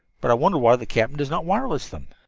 but i wonder why the captain does not wireless them?